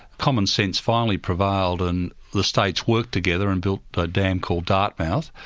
commonsense finally prevailed and the states worked together and built a dam called dartmouth,